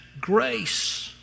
grace